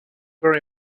very